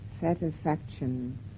satisfaction